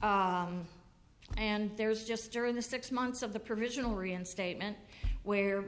before and there's just during the six months of the provisional reinstatement where